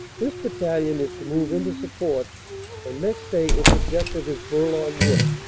this battalion is to move into support and next day its objective is bourlon wood.